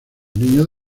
niños